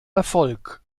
erfolg